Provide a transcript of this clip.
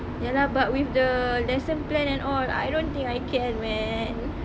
ya lah but with the lesson plan and all I don't think I can man